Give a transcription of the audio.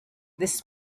this